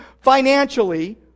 financially